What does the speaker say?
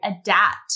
adapt